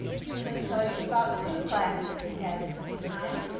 he's going to tell you about two classes he has this time.